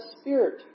spirit